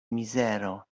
mizero